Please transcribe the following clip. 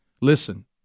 Listen